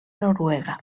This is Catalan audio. noruega